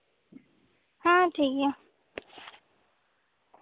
ᱴᱷᱤᱠ ᱜᱮᱭᱟ